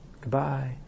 Goodbye